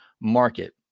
market